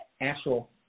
actual